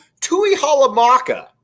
Tuihalamaka